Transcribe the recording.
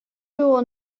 było